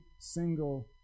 single